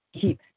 keep